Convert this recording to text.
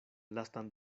lastan